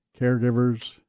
caregivers